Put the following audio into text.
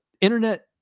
internet